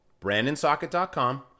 brandonsocket.com